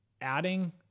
adding